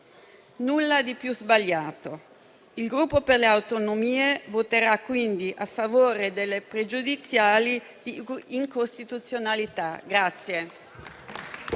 nulla di più sbagliato. Il Gruppo per le Autonomie voterà quindi a favore delle pregiudiziali di costituzionalità.